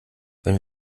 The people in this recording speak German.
wenn